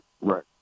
right